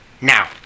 Now